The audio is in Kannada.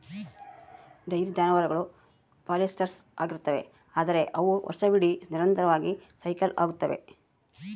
ಡೈರಿ ಜಾನುವಾರುಗಳು ಪಾಲಿಯೆಸ್ಟ್ರಸ್ ಆಗಿರುತ್ತವೆ, ಅಂದರೆ ಅವು ವರ್ಷವಿಡೀ ನಿರಂತರವಾಗಿ ಸೈಕಲ್ ಆಗುತ್ತವೆ